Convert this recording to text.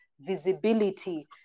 visibility